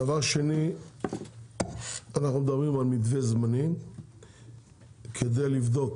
דבר שני אנחנו מדברים על מתווה זמני כדי לבדוק